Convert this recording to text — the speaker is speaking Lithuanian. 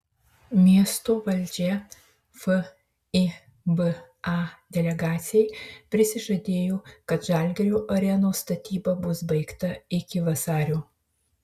miesto valdžia fiba delegacijai prisižadėjo kad žalgirio arenos statyba bus baigta iki vasario